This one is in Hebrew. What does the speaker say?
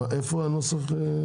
איפה הנוסח?